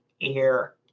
air